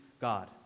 God